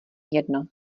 jedno